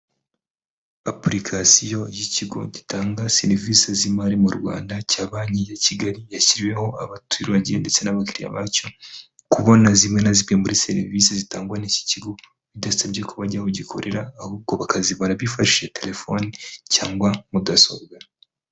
Apulikasiyo y'ikigo gitanga serivisi z'imari mu rwanda cya banki ya kigali yashyiriweho abaturage ndetse n'abakiriya bacyo, kubona zimwe na zimwe muri serivisi zitangwa n'iki kigo bidasabye kojyahogikorera ahubwo bakabonabifashi telefoni cyangwa mudasobwa.